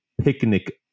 Picnic